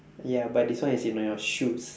ya but this one is in a shoes